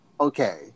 Okay